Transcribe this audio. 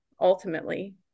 ultimately